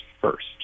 first